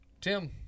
Tim